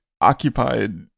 occupied